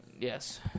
Yes